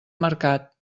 mercat